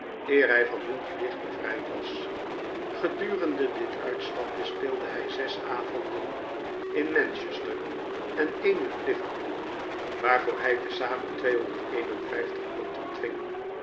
eer hij van hun gewicht bevrijd was gedurende dit uitstapje speelde hi zes avonden in manchester en een in liverpool waarvoor hij te zamen ontving